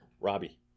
Robbie